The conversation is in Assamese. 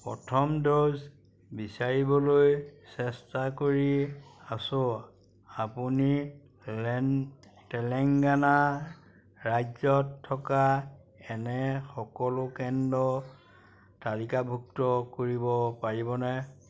প্ৰথম ড'জ বিচাৰিবলৈ চেষ্টা কৰি আছোঁ আপুনি তেলেংগানা ৰাজ্যত থকা এনে সকলো কেন্দ্ৰ তালিকাভুক্ত কৰিব পাৰিবনে